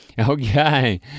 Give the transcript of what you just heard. Okay